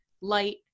light